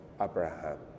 Abraham